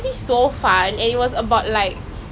the lecturer just talking talking I just sit down there lah